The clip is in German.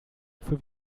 für